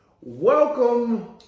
Welcome